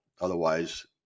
otherwise